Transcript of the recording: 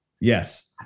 Yes